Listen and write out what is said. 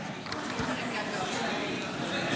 בן גביר.